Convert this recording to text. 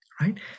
Right